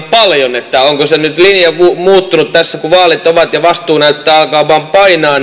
paljon onko se linja nyt muuttunut tässä kun vaalit olivat ja vastuu näyttää alkavan painaa